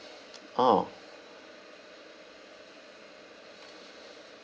orh